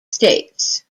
states